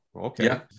Okay